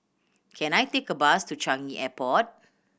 can I take a bus to Changi Airport